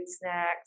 snacks